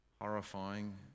Horrifying